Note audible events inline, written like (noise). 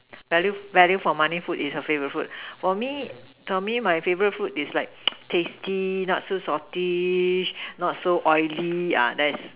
value value for money food is your favourite food for me for me my favourite food is like (noise) tasty not so salty not so oily uh that's